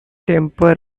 temper